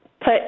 Put